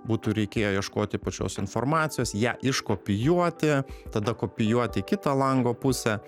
būtų reikėję ieškoti pačios informacijos ją iškopijuoti tada kopijuoti į kitą lango pusę